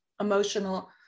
emotional